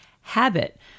habit